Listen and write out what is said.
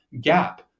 gap